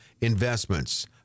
investments